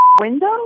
window